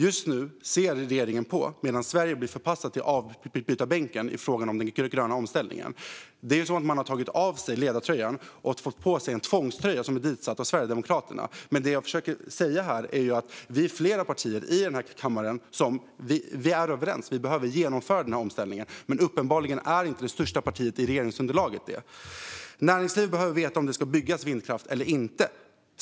Just nu ser regeringen på medan Sverige blir förpassat till avbytarbänken i fråga om den gröna omställningen. Man har tagit av sig ledartröjan och i stället fått på sig en tvångströja ditsatt av Sverigedemokraterna. Det jag försöker säga är att vi är flera partier här i kammaren som är överens om att vi behöver genomföra den här omställningen, men uppenbarligen är inte det största partiet i regeringsunderlaget det. Näringslivet behöver veta om det ska byggas vindkraft eller inte.